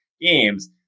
games